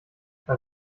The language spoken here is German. mal